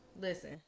Listen